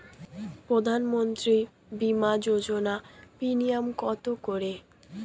প্রধানমন্ত্রী বিমা যোজনা প্রিমিয়াম কত করে?